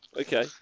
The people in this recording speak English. Okay